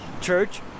church